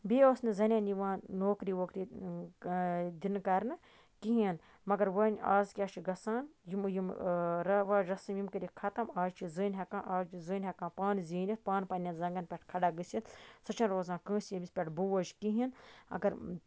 بیٚیہِ اوس نہٕ زَنین یِوان نوکری ووکری دِنہٕ کرنہٕ کِہینۍ مَگر وۄنۍ آز کیاہ چھُ گژھان یِم یِم رواج رَسٔم یِم کٔرِکھ ختٔم آز چھِ زٔنۍ ہٮ۪کان آز چھِ زٔنۍ ہٮ۪کان پانہٕ زیٖنِتھ پانہٕ پَنٕنین زَنگَن پٮ۪ٹھ کھڑا گٔژھِتھ سُہ چھےٚ نہٕ روزان کٲنسہِ ییٚمِس پٮ۪ٹھ بوج کِہینۍ اَگر